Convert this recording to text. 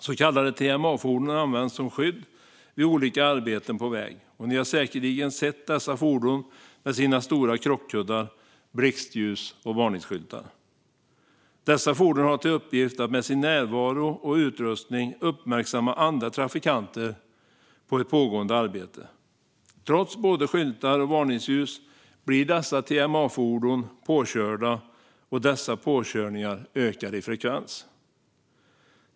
Så kallade TMA-fordon används som skydd vid olika arbeten på väg. Ni har säkert sett dessa fordon med sina stora krockkuddar, blixtljus och varningsskyltar. Dessa fordon har till uppgift att med sin närvaro och utrustning uppmärksamma andra trafikanter om ett pågående arbete. Trots både skyltar och varningsljus blir dessa TMA-fordon påkörda, och dessa påkörningar ökar i frekvens.